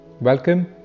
Welcome